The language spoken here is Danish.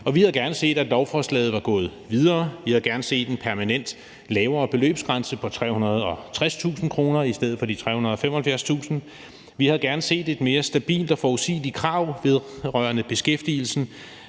og vi havde gerne set, at lovforslaget var gået videre. Vi havde gerne set en permanent lavere beløbsgrænse på 360.000 kr. i stedet for de 375.000 kr. Vi havde gerne set et mere stabilt og forudsigeligt krav vedrørende beskæftigelsen